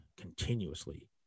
continuously